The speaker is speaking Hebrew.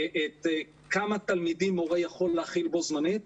כמה תלמידים מורה יכול להכיל בו-זמנית.